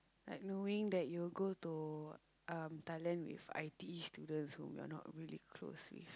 like knowing that you'll go to Thailand with i_t_e students whom you're not really close with